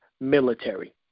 military